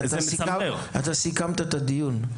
אתה סיכמת את הדיון.